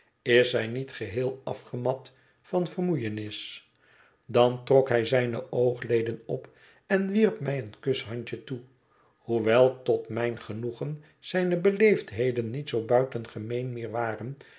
is zij niet geheel afgemat van vermoeienis dan trok hij zijne oogleden op en wierp mij een kushandje toe hoewel tot mijn genoegen zijne beleefdheden niet zoo buitengemeen meer waren